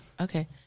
Okay